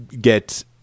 get